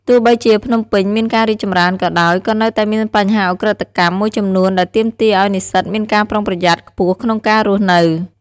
ទោះបីជាភ្នំពេញមានការរីកចម្រើនក៏ដោយ ក៏នៅតែមានបញ្ហាឧក្រិដ្ឋកម្មមួយចំនួនដែលទាមទារឲ្យនិស្សិតមានការប្រុងប្រយ័ត្នខ្ពស់ក្នុងការរស់នៅ។